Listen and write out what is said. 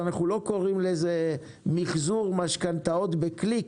אנחנו לא קוראים לזה מחזור משכנתאות בקליק